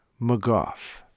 McGough